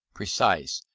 precise,